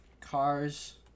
Cars